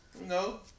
No